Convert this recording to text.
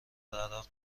عراق